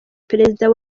perezida